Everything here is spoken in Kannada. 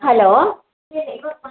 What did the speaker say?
ಹಲೋ ಹೇಳಿ